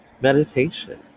Meditation